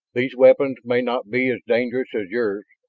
these weapons may not be as dangerous as yours,